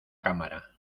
cámara